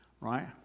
right